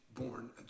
born